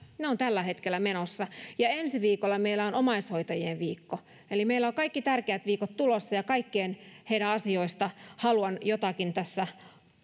ne ovat tällä hetkellä menossa ja ensi viikolla meillä on omaishoitajien viikko eli meillä on kaikki tärkeät viikot tulossa ja kaikkien heidän asioista haluan jotakin tässä